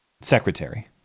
secretary